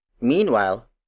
Meanwhile